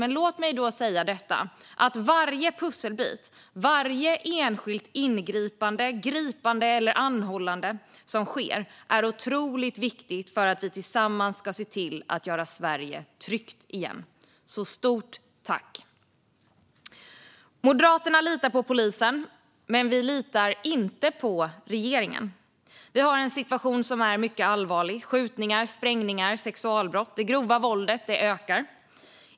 Men låt mig då säga att varje pusselbit, varje enskilt ingripande, gripande och anhållande som sker är otroligt viktigt för att vi tillsammans ska se till att göra Sverige tryggt igen. Så stort tack! Moderaterna litar på polisen. Men vi litar inte på regeringen. Vi har en situation som är mycket allvarlig med skjutningar, sprängningar och sexualbrott. Det grova våldet ökar.